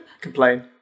complain